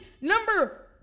number